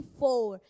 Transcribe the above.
four